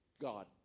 God